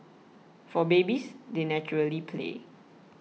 for babies they naturally play